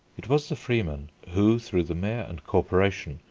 it was the freemen who, through the mayor and corporation,